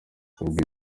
ubwo